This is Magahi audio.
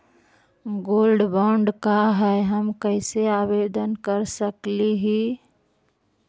गोल्ड बॉन्ड का है, हम कैसे आवेदन कर सकली ही?